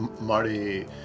Marty